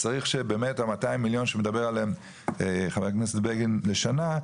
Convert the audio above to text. אז צריך שבאמת ה-200 מיליון שמדבר עליהם חבר הכנסת בגין בשנה,